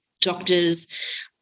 doctors